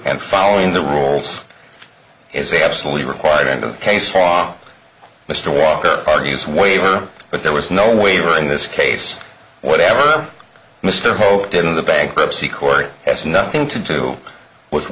and following the rules is absolutely required end of the case law mr walker argues waiver but there was no waiver in this case whatever mr hope did in the bankruptcy court has nothing to do with